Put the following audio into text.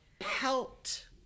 helped